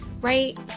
right